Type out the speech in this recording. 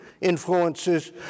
influences